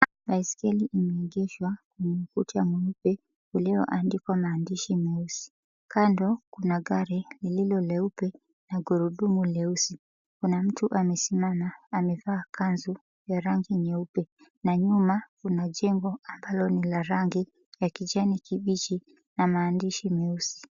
Baiskeli imeegeshwa kwenye ukuta mweupe ulioandikwa maandishi meusi. Kando kuna gari lililo leupe na gurudumu leusi. Kuna mtu amesimama, amevaa kanzu ya rangi nyeupe na nyuma kuna jengo ambalo ni la rangi ya kijani kibichi na maandishi meusi.